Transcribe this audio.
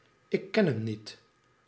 lightwood tikken hem niet